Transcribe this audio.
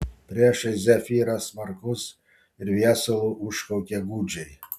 priešais zefyras smarkus ir viesulu užkaukė gūdžiai